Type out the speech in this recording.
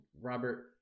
Robert